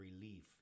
relief